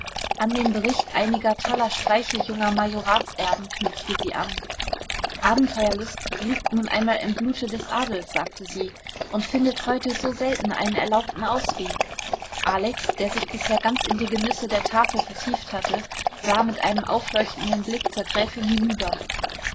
an den bericht einiger toller streiche junger majoratserben knüpfte sie an abenteuerlust liegt nun einmal im blute des adels sagte sie und findet heute so selten einen erlaubten ausweg alex der sich bisher ganz in die genüsse der tafel vertieft hatte sah mit einem aufleuchtenden blick zur gräfin hinüber